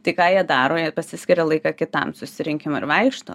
tai ką jie daro jie pasiskiria laiką kitam susirinkimui ir vaikšto